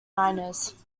miners